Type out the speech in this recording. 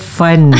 fun